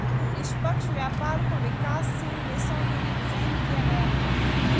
निष्पक्ष व्यापार को विकासशील देशों के लिये डिजाइन किया गया है